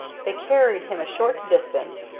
they carried him a short distance,